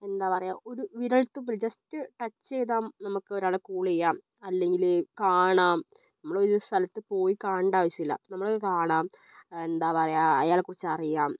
എന്താ പറയുക ഒരു വിരൽത്തുമ്പിൽ ജസ്റ്റ് ടച്ച് ചെയ്താൽ നമ്മൾക്ക് ഒരാളെ കൂൾ ചെയ്യാം അല്ലെങ്കിൽ കാണാം നമ്മളൊരു സ്ഥലത്തു പോയി കാണേണ്ട ആവശ്യമില്ല നമ്മൾ കാണാം എന്താ പറയുക അയാളെക്കുറിച്ച് അറിയാം